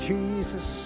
Jesus